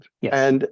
Yes